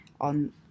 on